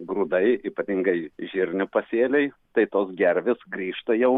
grūdai ypatingai žirnių pasėliai tai tos gervės grįžta jau